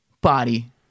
body